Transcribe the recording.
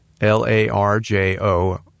L-A-R-J-O